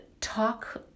talk